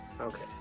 Okay